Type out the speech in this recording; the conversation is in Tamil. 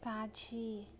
காட்சி